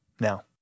now